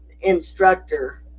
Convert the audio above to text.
instructor